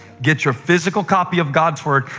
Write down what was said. get your physical copy of god's word.